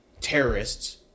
terrorists